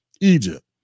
egypt